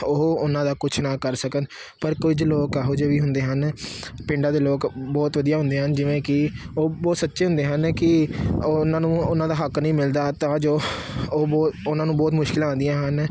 ਉਹ ਉਹਨਾਂ ਦਾ ਕੁਛ ਨਾ ਕਰ ਸਕਣ ਪਰ ਕੁਝ ਲੋਕ ਇਹੋ ਜਿਹੇ ਵੀ ਹੁੰਦੇ ਹਨ ਪਿੰਡਾਂ ਦੇ ਲੋਕ ਬਹੁਤ ਵਧੀਆ ਹੁੰਦੇ ਹਨ ਜਿਵੇਂ ਕਿ ਉਹ ਬਹੁਤ ਸੱਚੇ ਹੁੰਦੇ ਹਨ ਕਿ ਉਹਨਾਂ ਨੂੰ ਉਹਨਾਂ ਦਾ ਹੱਕ ਨਹੀਂ ਮਿਲਦਾ ਤਾਂ ਜੋ ਉਹ ਬਹੁ ਉਹਨਾਂ ਨੂੰ ਬਹੁਤ ਮੁਸ਼ਕਲਾਂ ਆਉਂਦੀਆਂ ਹਨ